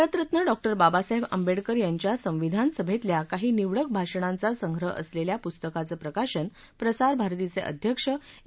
भारतरत्न डॉ बाबासाहेब आंबेडकर यांच्या संविधान सभेतल्या काही निवडक भाषणांचा संग्रह असलेल्या पुस्तकाचं प्रकाशन प्रसारभारतीचे अध्यक्ष ए